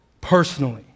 personally